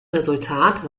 resultat